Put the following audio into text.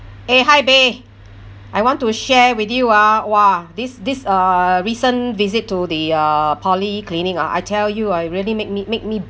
eh hi beh I want to share with you ah !wah! this this uh recent visit to the uh polyclinic ah I tell you uh it really make me make me